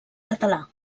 català